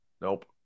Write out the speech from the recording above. Nope